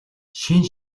шинэ